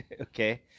Okay